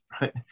right